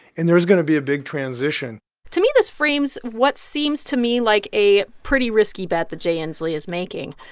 and there is going to be a big transition to me, this frames what seems to me like a pretty risky bet that jay inslee is making.